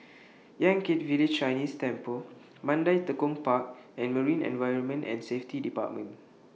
Yan Kit Village Chinese Temple Mandai Tekong Park and Marine Environment and Safety department